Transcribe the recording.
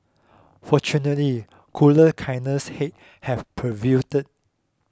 fortunately cooler kinders head have prevailed